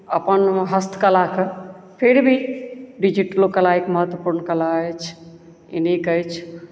अपन हस्तकलाके फिर भी डिजिटलो कला एक महत्वपूर्ण कला अछि ई नीक अछि